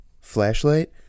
flashlight